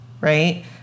Right